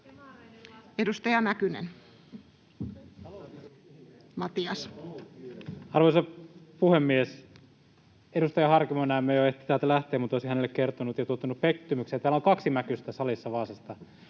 15:50 Content: Arvoisa puhemies! Edustaja Harkimo näemmä jo ehti täältä lähteä, mutta olisin hänelle kertonut ja tuottanut pettymyksen: täällä on salissa kaksi Mäkystä Vaasasta.